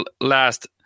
last